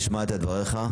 השמעת את דבריך.